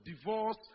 divorce